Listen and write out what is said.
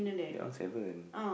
that one seven